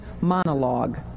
monologue